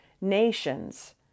nations